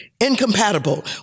incompatible